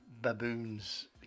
baboons